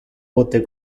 pote